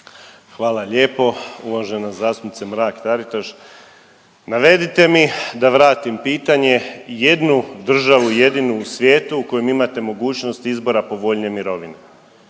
Hvala lijepo. Uvažena zastupnice Mrak-Taritaš navedite mi da vratim pitanje jednu državu, jedinu u svijetu u kojem imate mogućnost izbora povoljnije mirovine?